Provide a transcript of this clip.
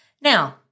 Now